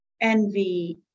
envy